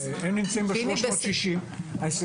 פיני, בשמחה.